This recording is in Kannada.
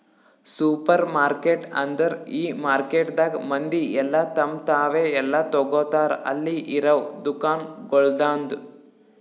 ಸೂಪರ್ಮಾರ್ಕೆಟ್ ಅಂದುರ್ ಈ ಮಾರ್ಕೆಟದಾಗ್ ಮಂದಿ ಎಲ್ಲಾ ತಮ್ ತಾವೇ ಎಲ್ಲಾ ತೋಗತಾರ್ ಅಲ್ಲಿ ಇರವು ದುಕಾನಗೊಳ್ದಾಂದು